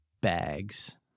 bags